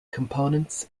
components